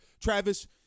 Travis